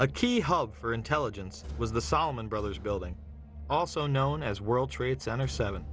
a key hub for intelligence was the solomon brothers building also known as world trade center seven